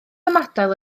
ymadael